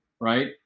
Right